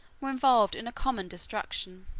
were involved in a common destruction.